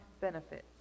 benefits